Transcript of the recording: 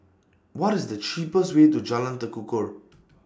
What IS The cheapest Way to Jalan Tekukor